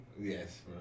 Yes